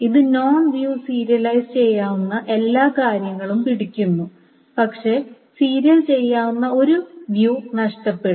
ഇത് non view serialise ചെയ്യാവുന്ന എല്ലാ കാര്യങ്ങളും പിടിക്കുന്നു പക്ഷേ സീരിയൽ ചെയ്യാവുന്ന ഒരു കാഴ്ച നഷ്ടപ്പെടും